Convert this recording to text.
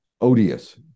odious